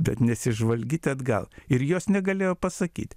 bet nesižvalgyti atgal ir jos negalėjo pasakyt